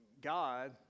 God